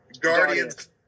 Guardians